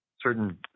certain